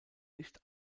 nicht